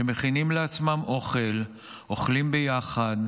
שמכינים לעצמם אוכל, אוכלים ביחד,